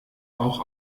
auch